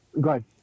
good